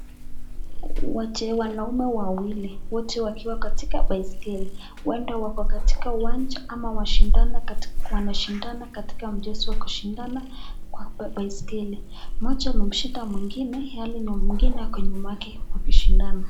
Wache wanaume wawili, wote wakiwa katika baiskeli. Huenda wako katika uwanja ama washindana katika wanashindana katika mchezo wa kushindana kwa baiskeli. Mmoja amemshinda mwingine, yaani mwingine ako nyuma yake wakishindana.